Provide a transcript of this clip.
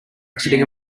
exiting